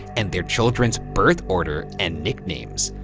and their children's birth order and nicknames.